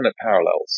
parallels